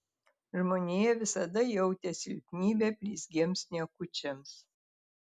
žmonija visada jautė silpnybę blizgiems niekučiams